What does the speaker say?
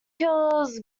kills